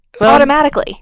automatically